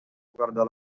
guardò